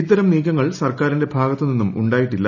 ഇത്തരം നീക്കങ്ങൾ സർക്കാർമിന്റെ ഭാഗത്തു നിന്നും ഉണ്ടായിട്ടില്ല